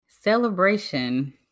celebration